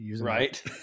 Right